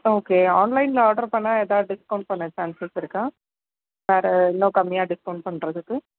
okay ஆன்லைனில் order பண்ணிணா எதாவது டிஸ்கவுண்ட் பண்ண சான்ஸஸ் இருக்கா வேறே இன்னும் கம்மியாக டிஸ்கவுண்ட் பண்ணுறதுக்கு